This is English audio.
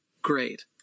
Great